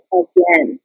again